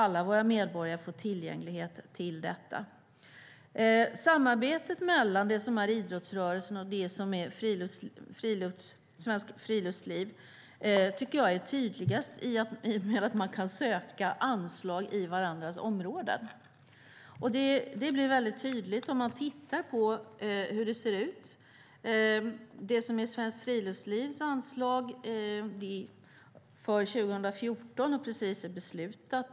Det ska vara tillgängligt för alla våra medborgare. Samarbetet mellan idrottsrörelsen och Svenskt Friluftsliv framgår tydligast genom att man kan söka anslag inom varandras områden. Det blir tydligt om vi tittar på hur det ser ut. Svenskt Friluftslivs anslag för 2014 har det precis beslutats om.